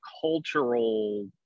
cultural